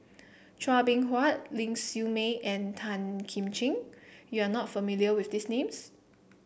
Chua Beng Huat Ling Siew May and Tan Kim Ching you are not familiar with these names